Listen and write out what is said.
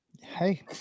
Hey